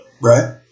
Right